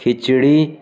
کھچڑی